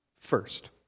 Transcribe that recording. first